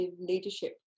leadership